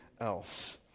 else